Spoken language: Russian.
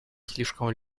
слишком